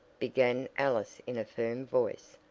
began alice in a firm voice,